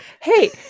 hey